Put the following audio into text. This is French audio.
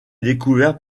découvert